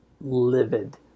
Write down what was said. livid